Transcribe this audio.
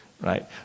right